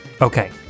Okay